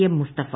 M Mustafa